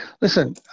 Listen